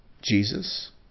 Jesus